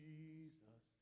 Jesus